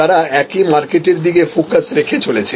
তারা একই মার্কেটের দিকে ফোকাস রেখে চলেছে